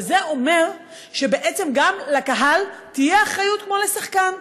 וזה אומר שגם לקהל תהיה אחריות כמו לשחקן.